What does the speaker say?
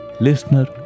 listener